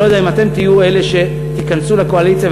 אני לא יודע אם אתם תהיו אלה שתיכנסו לקואליציה